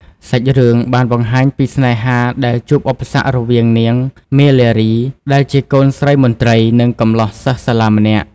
សាច់រឿងបានបង្ហាញពីស្នេហាដែលជួបឧបសគ្គរវាងនាង មាលារី ដែលជាកូនស្រីមន្ត្រី និងកំលោះសិស្សសាលាម្នាក់។